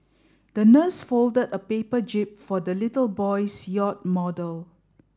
the nurse folded a paper jib for the little boy's yacht model